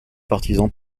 partisans